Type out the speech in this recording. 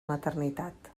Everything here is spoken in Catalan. maternitat